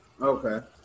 okay